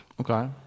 Okay